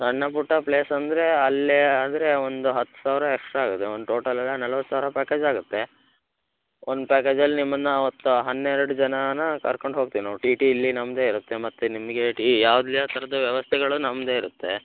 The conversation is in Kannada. ಸಣ್ಣ ಪುಟ್ಟ ಪ್ಲೇಸ್ ಅಂದರೆ ಅಲ್ಲೆ ಅಂದರೆ ಒಂದು ಹತ್ತು ಸಾವಿರ ಎಕ್ಸ್ಟ್ರಾ ಆಗುತ್ತೆ ಒಂದು ಟೋಟಲ್ ನಲವತ್ತು ಸಾವಿರ ಪ್ಯಾಕೇಜ್ ಆಗುತ್ತೆ ಒನ್ ಪ್ಯಾಕೇಜಲ್ಲಿ ನಿಮ್ಮನ್ನು ಒಟ್ಟು ಹನ್ನೆರಡು ಜನಾನ ಕರ್ಕಂಡು ಹೋಗ್ತಿವಿ ನಾವು ಟಿ ಟಿ ಇಲ್ಲಿ ನಮ್ಮದೆ ಇರುತ್ತೆ ಮತ್ತೆ ನಿಮಗೆ ಟಿ ಯಾವುದೇ ಥರದ ವ್ಯವಸ್ಥೆಗಳು ನಮ್ಮದೆ ಇರುತ್ತೆ